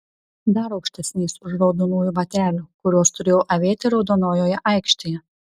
dar aukštesniais už raudonųjų batelių kuriuos turėjau avėti raudonojoje aikštėje